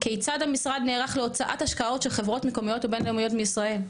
כיצד המשרד נערך להוצאת השקעות של חברות מקומיות ובינלאומיות מישראל?